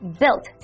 built